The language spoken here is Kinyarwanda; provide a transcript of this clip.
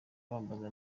bambaza